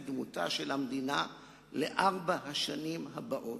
את דמותה של המדינה לארבע השנים הבאות.